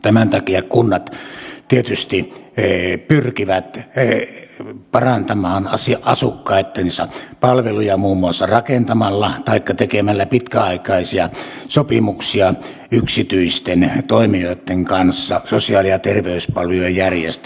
tämän takia kunnat tietysti pyrkivät parantamaan asukkaittensa palveluja muun muassa rakentamalla taikka tekemällä pitkäaikaisia sopimuksia yksityisten toimijoitten kanssa sosiaali ja terveyspalvelujen järjestämisestä